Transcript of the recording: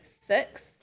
six